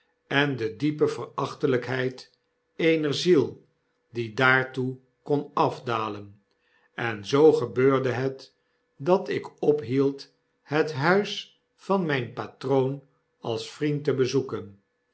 en de diepe verachtelijkheid eener ziel die daartoe kon afdalen en zoo gebeurde het dat ik ophield het huis van myn patroon als vriend te bezoeken